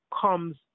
comes